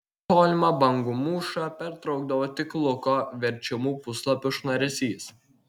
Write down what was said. tolimą bangų mūšą pertraukdavo tik luko verčiamų puslapių šnaresys